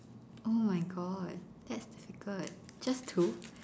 oh my god that's difficult just two